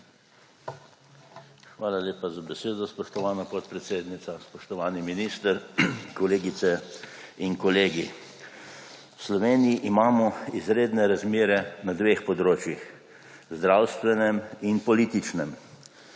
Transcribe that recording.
Hvala lepa za besedo, spoštovana podpredsednica. Spoštovani minister, kolegice in kolegi! V Sloveniji imamo izredne razmere na dveh področjih, zdravstvenem in političnem.